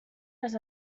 les